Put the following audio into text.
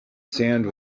sand